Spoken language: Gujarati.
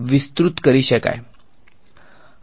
વિદ્યાર્થી તમે પેઝ્ન્ટ સ્ટેટીક ચાર્જ જાણો છો